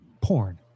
porn